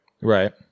right